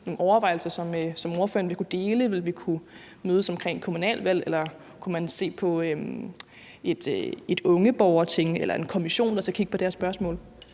nogle overvejelser, som ordføreren vil kunne dele? Ville vi kunne mødes omkring kommunalvalg, eller kunne man se på et ungeborgerting eller en kommission, der kan kigge på det her spørgsmål?